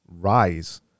rise